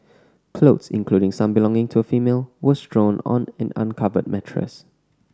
clothes including some belonging to a female were strewn on an uncovered mattress